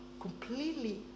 completely